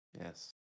Yes